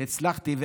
הצלחתי,